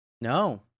No